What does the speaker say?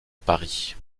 paris